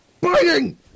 biting